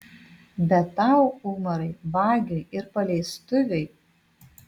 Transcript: bet tau umarai vagiui ir paleistuviui